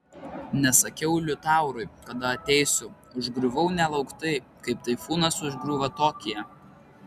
nesakiau liutaurui kada ateisiu užgriuvau nelauktai kaip taifūnas užgriūva tokiją